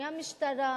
מהמשטרה,